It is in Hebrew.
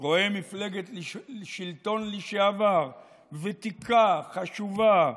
רואה מפלגת שלטון לשעבר ותיקה, חשובה,